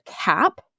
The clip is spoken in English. cap